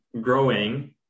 growing